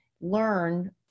learn